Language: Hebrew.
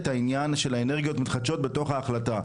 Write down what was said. העניין של האנרגיות מתחדשות בתוך ההחלטה.